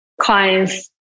clients